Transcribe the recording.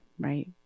Right